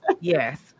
Yes